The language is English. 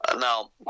Now